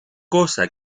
cosa